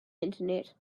internet